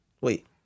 Wait